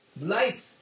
lights